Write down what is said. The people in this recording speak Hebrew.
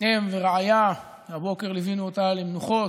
אם ורעיה, הבוקר ליווינו אותה למנוחות,